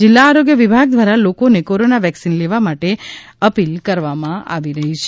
જિલ્લા આરોગ્ય વિભાગ દ્વારા લોકોને કૉરોના વેક્સિન લેવા માટે અપિલ કરવામાં આવી રહી છે